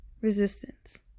resistance